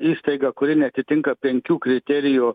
įstaiga kuri neatitinka penkių kriterijų